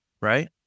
right